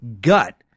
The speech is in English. gut